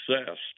obsessed